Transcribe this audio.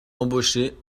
embaucher